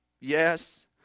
Yes